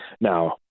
Now